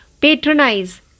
Patronize